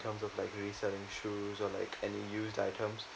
in terms of like maybe selling shoes or like any used items